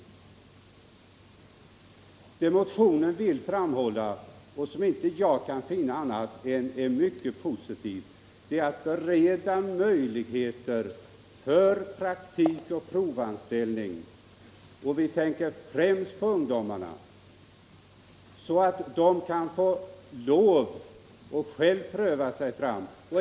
Nej, vad motionen vill, och vad jag inte har kunnat finna vara annat än mycket positivt, är att bereda möjligheter till praktik och provanställning. Och då tänker vi främst på ungdomarna. Vi vill att de själva skall få pröva sig fram.